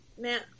man